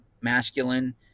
masculine